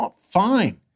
fine